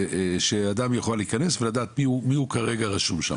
שאדם יוכל להיכנס ולדעת מי כרגע רשום שם?